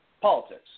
politics